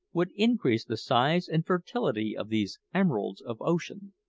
would increase the size and fertility of these emeralds of ocean.